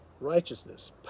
righteousness